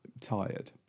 tired